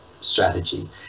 strategy